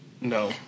No